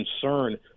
concern